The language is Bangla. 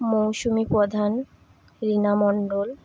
মৌসুমি প্রধান রীণা মণ্ডল